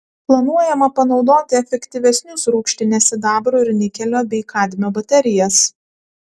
planuojama panaudoti efektyvesnius rūgštinės sidabro ir nikelio bei kadmio baterijas